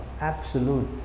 Absolute